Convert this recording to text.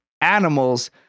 animals